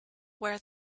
wear